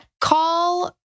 call